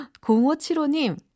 0575님